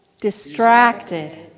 Distracted